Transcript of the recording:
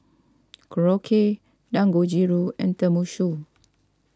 Korokke Dangojiru and Tenmusu